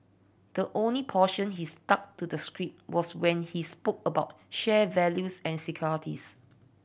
the only portion he stuck to the script was when he spoke about shared values and securities